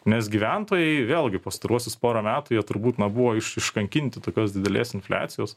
nes gyventojai vėlgi pastaruosius porą metų jie turbūt buvo iš iškankinti tokios didelės infliacijos